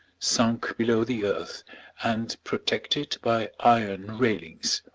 sunk below the earth and protected by iron railings.